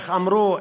ואיך אמרו?